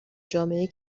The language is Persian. جامعهای